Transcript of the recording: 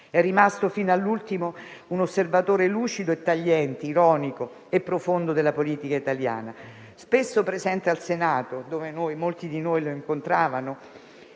È rimasto fino all'ultimo un osservatore lucido e tagliente, ironico e profondo della politica italiana; spesso presente al Senato, dove molti di noi lo incontravano.